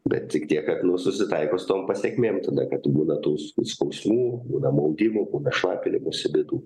bet tik tiek kad nu susitaiko su tom pasekmėm tada kad būna tų s skausmų būna maudimų būna šlapinimosi bėdų